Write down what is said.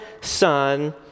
Son